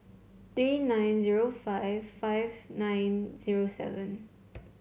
three nine zero five five nine zero seven